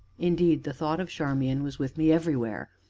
indeed, the thought of charmian was with me everywhere,